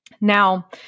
Now